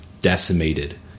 decimated